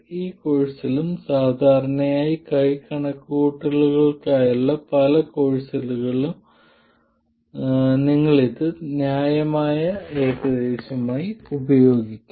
ഈ കോഴ്സിലും സാധാരണയായി കൈ കണക്കുകൂട്ടലുകൾക്കായുള്ള പല കോഴ്സുകളിലും നിങ്ങൾ ഇത് ന്യായമായ ഏകദേശമായി ഉപയോഗിക്കും